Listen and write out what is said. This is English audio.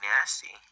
Nasty